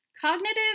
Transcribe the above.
Cognitive